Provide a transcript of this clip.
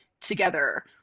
together